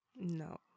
No